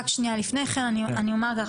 לפני כן אני אומר ככה,